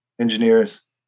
engineers